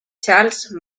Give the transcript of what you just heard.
charles